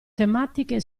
tematiche